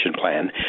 plan